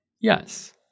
Yes